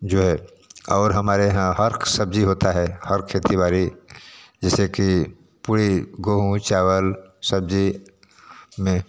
जो है और हमारे यहाँ हर सब्ज़ी होता है हर खेती बाड़ी जैसे कि पूरी गेहूँ चावल सब्ज़ी में